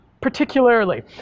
particularly